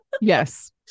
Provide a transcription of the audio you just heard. Yes